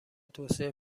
توسعه